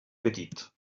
petit